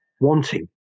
wanting